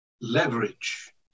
leverage